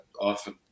often